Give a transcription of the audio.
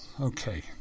okay